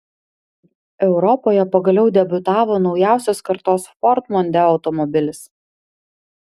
europoje pagaliau debiutavo naujausios kartos ford mondeo automobilis